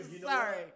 sorry